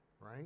right